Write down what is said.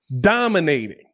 dominating